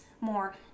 more